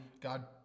God